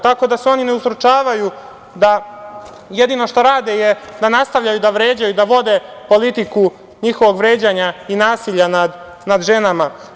Tako da su oni ne ustručavaju da jedino što rade je da nastavljaju da vređaju i da vode politiku njihovog vređanja i nasilja nad ženama.